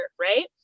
right